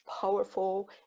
powerful